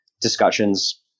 discussions